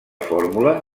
fórmula